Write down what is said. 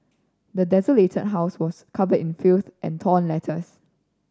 the desolated house was covered in filth and torn letters